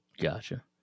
Gotcha